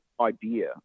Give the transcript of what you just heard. idea